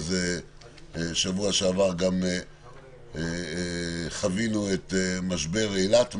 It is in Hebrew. ובשבוע שעבר חווינו את משבר אילת,